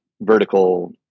vertical